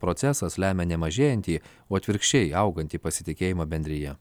procesas lemia ne mažėjantį o atvirkščiai augantį pasitikėjimą bendrija